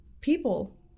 people